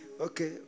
okay